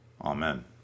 Amen